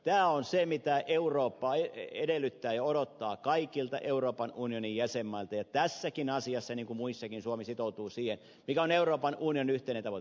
tämä on se mitä eurooppa edellyttää ja odottaa kaikilta euroopan unionin jäsenmailta ja tässäkin asiassa niin kuin muissakin suomi sitoutuu siihen mikä on euroopan unionin yhteinen tavoite